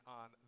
on